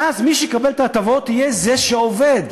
ואז, מי שיקבל את ההטבות יהיה זה שעובד.